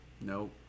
Nope